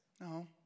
No